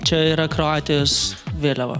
čia yra kroatijos vėliava